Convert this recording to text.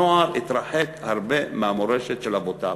הנוער התרחק הרבה מהמורשת של אבותיו.